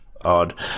odd